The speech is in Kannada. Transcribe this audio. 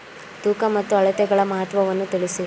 ತೂಕ ಮತ್ತು ಅಳತೆಗಳ ಮಹತ್ವವನ್ನು ತಿಳಿಸಿ?